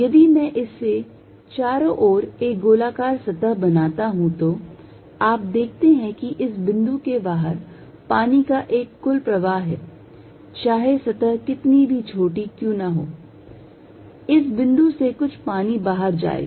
यदि मैं इसके चारों ओर एक गोलाकार सतह बनाता हूं तो आप देखते हैं कि इस बिंदु से बाहर पानी का एक कुल प्रवाह है चाहे सतह कितनी भी छोटी क्यों न हो इस बिंदु से कुछ पानी बाहर जाएगा